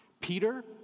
Peter